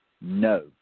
No